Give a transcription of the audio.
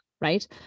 Right